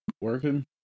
working